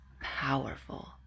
powerful